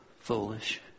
foolish